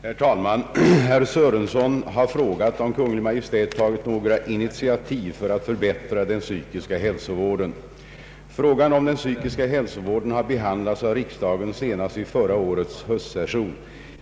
Herr talman! Herr Sörenson har frågat om Kungl. Maj:t tagit några initiativ för att förbättra den psykiska hälsovården. Frågan om den psykiska hälsovården har behandlats av riksdagen senast vid förra årets höstsession.